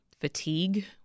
fatigue